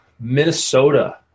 Minnesota